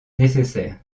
nécessaire